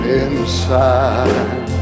inside